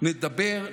נדבר,